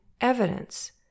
evidence